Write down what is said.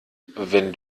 wenn